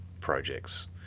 projects